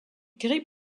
gris